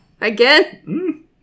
again